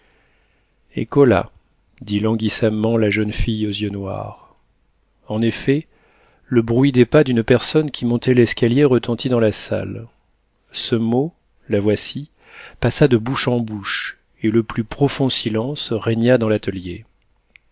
eccola dit languissamment la jeune fille aux yeux noirs en effet le bruit des pas d'une personne qui montait l'escalier retentit dans la salle ce mot la voici passa de bouche en bouche et le plus profond silence régna dans l'atelier